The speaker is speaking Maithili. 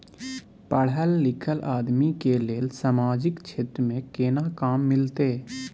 पढल लीखल आदमी के लेल सामाजिक क्षेत्र में केना काम मिलते?